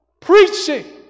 preaching